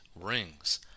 rings